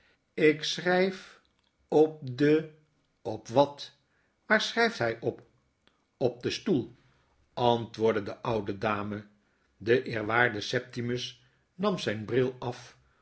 ik schrgf op den op wat waar schrpt hg op op den stoel antwoordde de oude dame de eerwaarde septimus nam zp brilafom haar